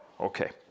Okay